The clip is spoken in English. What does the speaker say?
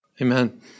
Amen